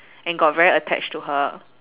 and got very attached to her